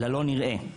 ללא נראה,